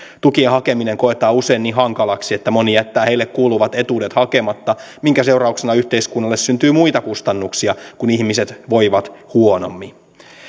tukien hakeminen koetaan usein niin hankalaksi että moni jättää heille kuuluvat etuudet hakematta minkä seurauksena yhteiskunnalle syntyy muita kustannuksia kun ihmiset voivat huonommin